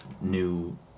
new